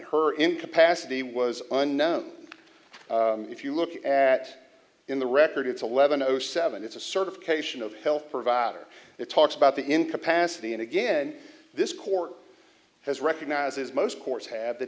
her incapacity was unknown if you look at in the record it's eleven o seven it's a certification of health provider it talks about the incapacity and again this court has recognized as most courts have that